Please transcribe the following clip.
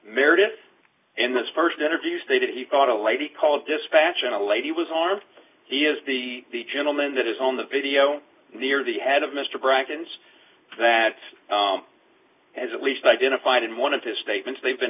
meredith in this first interview stated he thought a lady called dispatch and a lady was armed he is the gentleman that is on the video near the head of mr bracken's that has at least identified and one of his statements they've been